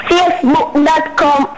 Facebook.com